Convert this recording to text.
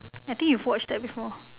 I think you've watched that before